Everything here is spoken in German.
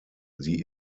sie